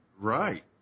Right